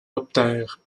obtinrent